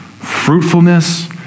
fruitfulness